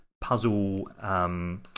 puzzle